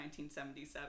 1977